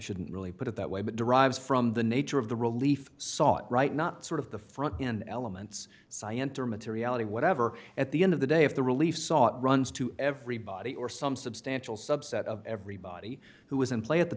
shouldn't really put it that way but derives from the nature of the relief sought right not sort of the front end elements scienter materiality whatever at the end of the day if the relief sought runs to everybody or some substantial subset of everybody who was in play at the